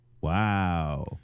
Wow